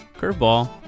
Curveball